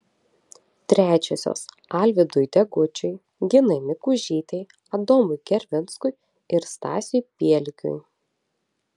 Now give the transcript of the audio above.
trečiosios alvydui degučiui ginai mikužytei adomui gervinskui ir stasiui pielikiui